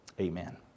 Amen